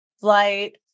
flight